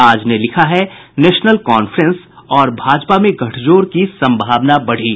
आज ने लिखा है नेशनल कांफ्रेस और भाजपा में गठजोड़ की संभावना बढ़ी